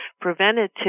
preventative